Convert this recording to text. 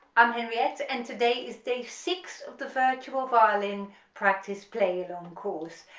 i'm henriette and today is day six of the virtual violin practice play-along course,